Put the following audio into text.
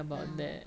ah